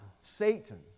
satan